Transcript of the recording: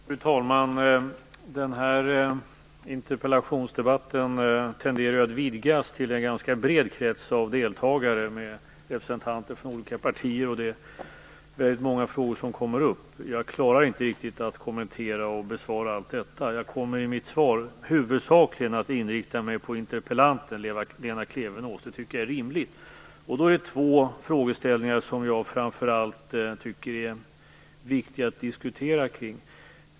Fru talman! Denna interpellationsdebatten tenderar att vidgas till en ganska bred krets av deltagare med representanter från olika partier, och det är väldigt många frågor som kommer upp. Jag klarar inte riktigt att kommentera och besvara allt detta. Jag kommer i mitt anförande huvudsakligen att inrikta mig på interpellanten Lena Klevenås. Det tycker jag är rimligt. Det är framför allt två frågeställningar som jag tycker är viktiga att diskutera.